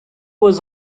was